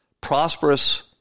prosperous